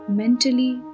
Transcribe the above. mentally